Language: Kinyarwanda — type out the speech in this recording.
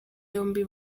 yombi